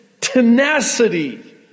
tenacity